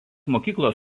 mokyklos